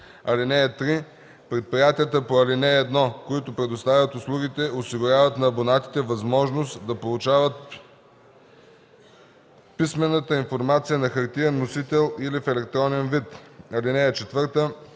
(3) Предприятията по ал. 1, които предоставят услугите, осигуряват на абонатите възможност да получават писмената информация на хартиен носител или в електронен вид. (4)